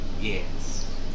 Yes